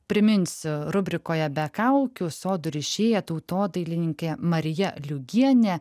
priminsiu rubrikoje be kaukių sodų rišėja tautodailininkė marija liugienė